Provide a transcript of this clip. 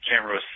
camera